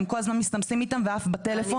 הם כל הזמן מסתמסים איתם ואף בטלפון.